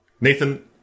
Nathan